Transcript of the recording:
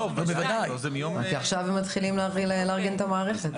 לא מה-1 בינואר 2022. עכשיו הם מתחילים לארגן את המערכת.